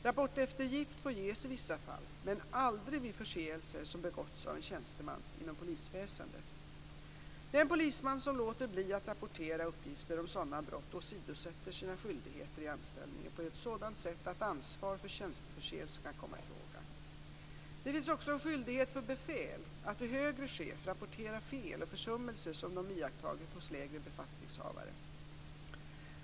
Rapporteftergift får ges i vissa fall men aldrig vid förseelser som begåtts av en tjänsteman inom polisväsendet. Den polisman som låter bli att rapportera uppgifter om sådana brott åsidosätter sina skyldigheter i anställningen på ett sådant sätt att ansvar för tjänsteförseelse kan komma i fråga. Det finns också en skyldighet för befäl att till högre chef rapportera fel och försummelser som de iakttagit hos lägre befattningshavare.